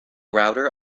router